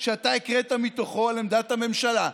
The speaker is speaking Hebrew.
שאתה הקראת מתוכו על עמדת הממשלה.